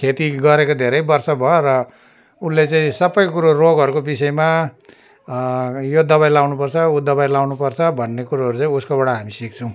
खेती गरेको धेरै वर्ष भयो र उसले चाहिँ सबै कुरो रोगहरूको विषयमा यो दबाई लाउनु पर्छ ऊ दबाई लाउनु पर्छ भन्ने कुरोहरू चाहिँ उसकोबाट हामी सिक्छौँ